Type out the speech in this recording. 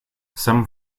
some